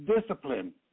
discipline